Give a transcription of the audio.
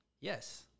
Yes